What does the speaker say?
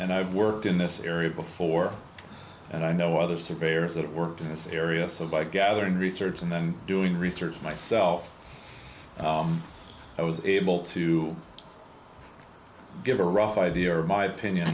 and i've worked in this area before and i know other surveyors it worked in this area so by gathering research and then doing research myself i was able to give a rough idea of my opinion